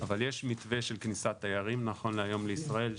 אבל יש מתווה של כניסת תיירים נכון להיום לישראל,